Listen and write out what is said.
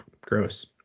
gross